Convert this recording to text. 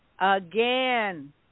Again